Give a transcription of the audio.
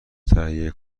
تهیه